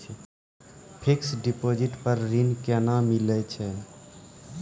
Fixed deposit पर ऋण केना मिलै छै?